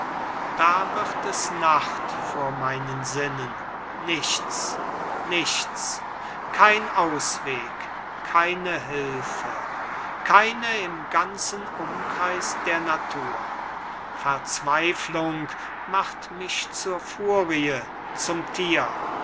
da wird es nacht vor meinen sinnen nichts nichts kein ausweg keine hülfe keine im ganzen umkreis der natur verzweiflung macht mich zur furie zum tier